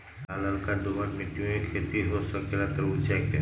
का लालका दोमर मिट्टी में खेती हो सकेला तरबूज के?